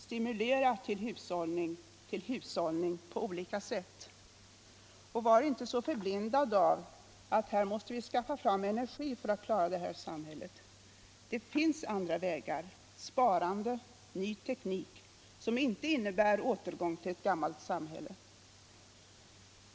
Stimulera till hushållning på olika sätt och var inte så förblindad av att man måste skaffa fram energi för att klara det här samhället. Det finns andra vägar — sparande och ny teknik, som inte innebär återgång till ett gammalt samhälle.